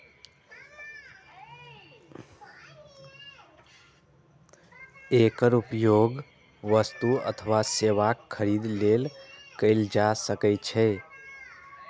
एकर उपयोग वस्तु अथवा सेवाक खरीद लेल कैल जा सकै छै